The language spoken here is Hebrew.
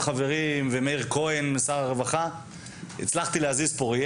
ומכבי תל אביב והפועל תל אביב יגיעו פעם